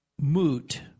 moot